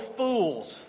fools